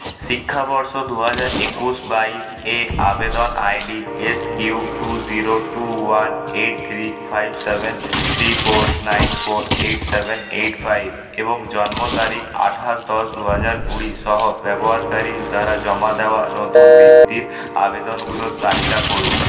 শিক্ষাবর্ষ দু হাজার একুশ দু হাজার বাইশে আবেদন ID S Q two zero two one eight three five seven three four nine four eight seven eight five এবং জন্ম তারিখ আঠাশ দশ দু হাজার কুড়ি সহ ব্যবহারকারীর দ্বারা জমা দেওয়া নতুন বৃত্তির আবেদনগুলোর তালিকা করুন